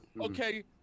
okay